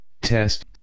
test